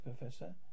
professor